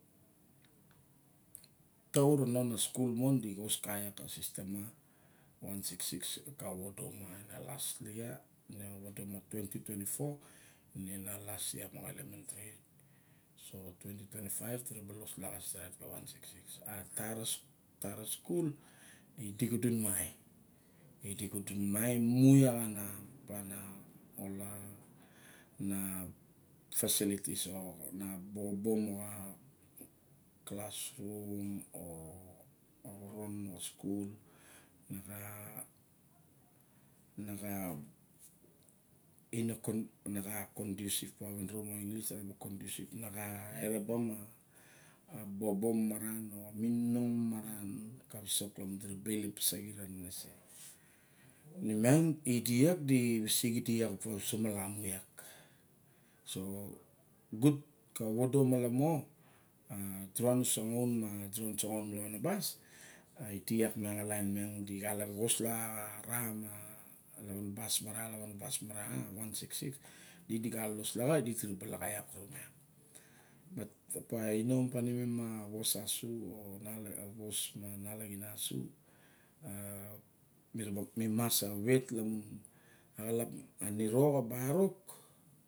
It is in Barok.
Taot ona skul mon, di ra ba xos ka xa sistem ma wan hanret en siksti siks. Ka vovodo ma ka tu tausen en twenti fo ine a na las yia moxa elementri. So tu tausen en twenti faiv di raba los laxa stret ka wan hanret en siksti siks. A tara skul idi xudun mae, idiu xudun max mun iok a na opa na ol a na fasilitis o na bobo moxa na klasrum, a xoron mexa skul, na xa, na xxa ino na xa eraba ma, bobo maran o mininox maran ka wisok lamun dira ba ilop pasaxit a nenese. Ine miang i di iat di ibulus idi uso malamu iak. So gut a vovodo malamo. Durana sangaun ma durana sangaun ma lawana bas a idi iak miang a lain miang di xa la xos laga xa ra ma lawara bas ma ra, lawandabas ma ra wan hanret en siksti siks, idi di xa los laga idi di ra ba laga kurumiang. Opiang a mon pani me avos asu mi mas a wet lamun axalap a niro xa barok.